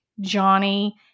Johnny